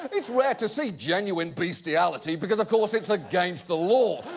it's rare to see genuine bestiality because of course it's against the law.